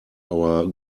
our